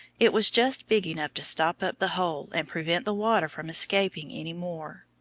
it was just big enough to stop up the hole and prevent the water from escaping any more.